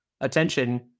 attention